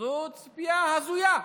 זאת ציפייה הזויה.